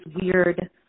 weird